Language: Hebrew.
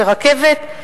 ברכבת,